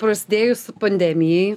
prasidėjus pandemijai